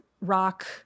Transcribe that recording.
rock